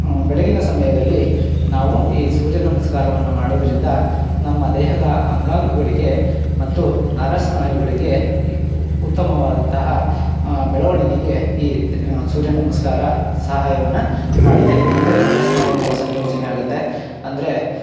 ಬೆಳಗಿನ ಸಮಯದಲ್ಲಿ ನಾವು ಈ ಸೂರ್ಯ ನಮಸ್ಕಾರವನ್ನು ಮಾಡೋದ್ರಿಂದ ನಮ್ಮ ದೇಹದ ಅಂಗಾಂಗಗಳಿಗೆ ಮತ್ತು ನರಸ್ನಾಯುಗಳಿಗೆ ಈ ಉತ್ತಮವಾದಂತಹ ಬೆಳವಣಿಗೆಗೆ ಈ ಸೂರ್ಯ ನಮಸ್ಕಾರ ಸಹಾಯವನ್ನು ಮಾಡುತ್ತೆ ಅಂದರೆ ನರಸ್ನಾಯುಗಳ ಸಮ್ಯೋಚನೆ ಆಗುತ್ತೆ ಅಂದರೆ